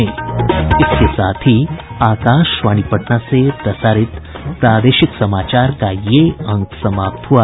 इसके साथ ही आकाशवाणी पटना से प्रसारित प्रादेशिक समाचार का ये अंक समाप्त हुआ